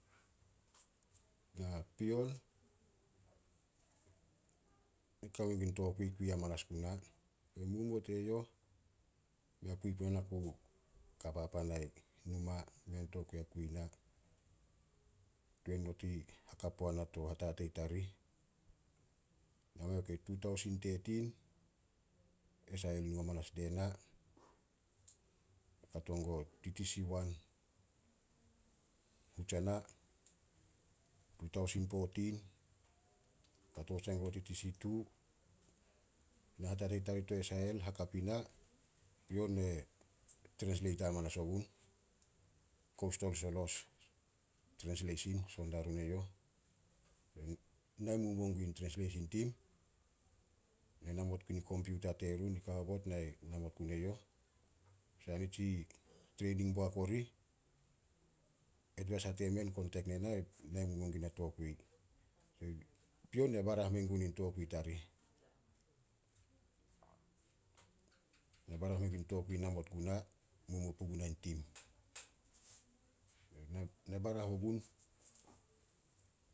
Pion, na kame gun tokui kui hamanas guna. Momuo teyouh mea kui puna, na ku ka papan ai numa mei an tokui kui na. Tuan not i hakap puana to hatatei tarih. Na meh tu taosen tetin, SIL nu hamanas die na, kato guo TTC1 hutsana, tu taosen pootin kato sai guo TTC2. Na hatatei tarih to SIL hakap i na. Pion ne trensleita hamanas ogun, Kostol Solos Trensleisin son diarun eyouh. Na momuo gun in trensleisn tim. Na namot gun in kompuita terun, nika haobot nai namot gun eyouh. Saha nitsi treining boak orih, edvisa temen kontek ne na, na momuo gun na tokui. Pion na barah mengun in tokui tarih. Na barah mengun tokui namot guna, momuo puguna i tim. Na barah ogun